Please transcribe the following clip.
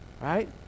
right